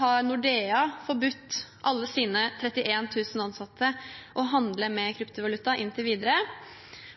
har Nordea forbudt alle sine 31 000 ansatte å handle med kryptovaluta inntil videre,